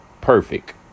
perfect